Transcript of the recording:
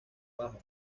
baja